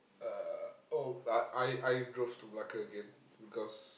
uh oh but I I drove to Malacca again because